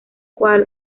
cual